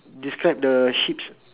describe the sheeps